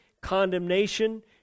condemnation